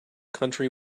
country